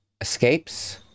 escapes